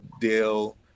deal